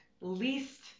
least